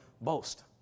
boast